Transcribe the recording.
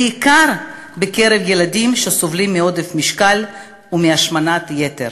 בעיקר בקרב ילדים שסובלים מעודף משקל ומהשמנת יתר.